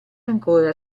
ancora